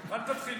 אל תתחיל,